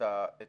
אז